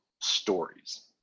stories